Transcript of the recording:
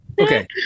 okay